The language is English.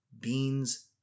beans